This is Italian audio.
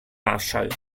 marshall